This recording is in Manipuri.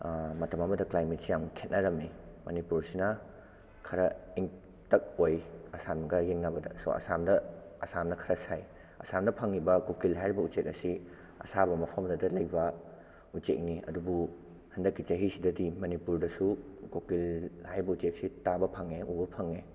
ꯃꯇꯝ ꯑꯃꯗ ꯀ꯭ꯂꯥꯏꯃꯦꯠꯁꯦ ꯌꯥꯝ ꯈꯦꯠꯅꯔꯝꯃꯤ ꯃꯅꯤꯄꯨꯔꯁꯤꯅ ꯈꯔ ꯏꯪꯇꯥꯛ ꯑꯣꯏ ꯑꯁꯥꯝꯒ ꯌꯦꯡꯅꯕꯗꯁꯨ ꯑꯁꯥꯝꯗ ꯑꯁꯥꯝꯅ ꯈꯔ ꯁꯥꯏ ꯑꯁꯥꯝꯗ ꯐꯪꯂꯤꯕ ꯀꯣꯀꯤꯜ ꯍꯥꯏꯔꯤꯕ ꯎꯆꯤꯛ ꯑꯁꯤ ꯑꯁꯥꯕ ꯃꯐꯝꯗꯇ ꯂꯩꯕ ꯎꯆꯦꯛꯅꯤ ꯑꯗꯨꯕꯨ ꯍꯟꯗꯛꯀꯤ ꯆꯍꯤꯁꯤꯗꯗꯤ ꯃꯅꯤꯄꯨꯔꯗꯁꯨ ꯀꯣꯀꯤꯜ ꯍꯥꯏꯕ ꯎꯆꯦꯛꯁꯤ ꯇꯥꯕ ꯐꯪꯉꯦ ꯎꯕ ꯐꯪꯉꯦ